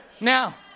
now